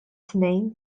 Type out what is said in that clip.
tnejn